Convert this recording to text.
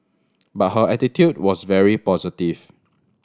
but her attitude was very positive